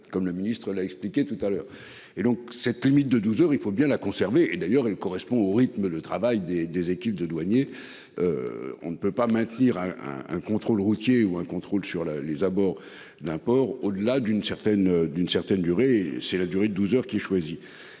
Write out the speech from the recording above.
comme le ministre l'a expliqué tout à l'heure et donc cette limite de 12h il faut bien la conserver et d'ailleurs il correspond au rythme de travail des des équipes de douaniers. On ne peut pas maintenir un un contrôle routier ou un contrôle sur la les abords d'un port au-delà d'une. Peine d'une certaine durée, c'est la durée de 12h qui choisit